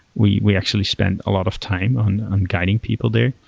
we we actually spend a lot of time on on guiding people there.